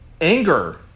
anger